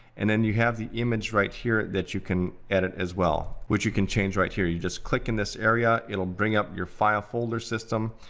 and then you have the image right here that you can edit was well, which you can change right here. you just click in this area. it'll bring up your file folder system,